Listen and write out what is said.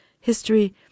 history